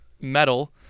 metal